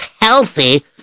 healthy